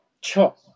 chop